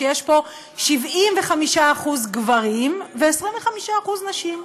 שיש פה 75% גברים ו-25% נשים.